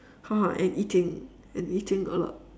!huh! and eating and eating a lot